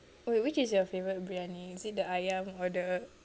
okay which is your favourite briyani is it the ayam or the